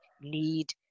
need